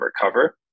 recover